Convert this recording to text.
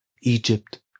Egypt